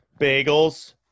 bagels